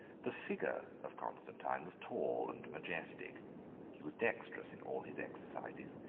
the figure of constantine was tall and majestic he was dexterous in all his exercises,